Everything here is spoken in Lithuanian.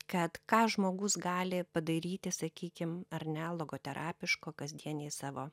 kad ką žmogus gali padaryti sakykim ar ne logoterapiško kasdienėj savo